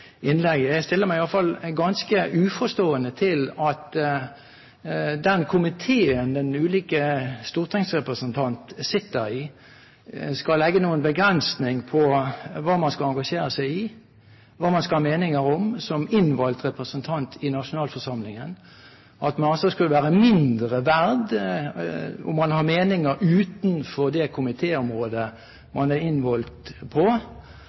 Jeg stiller meg i alle fall ganske uforstående til at den komiteen de ulike stortingsrepresentantene sitter i, skal legge en begrensning på hva man skal engasjere seg i, hva man skal ha meninger om som innvalgt representant i nasjonalforsamlingen – at man altså skulle være mindre verdt om man har meninger om andre saker enn saksområdet til den komiteen hvor man sitter. Det